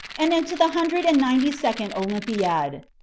and into the hundred and ninety-second olympiad.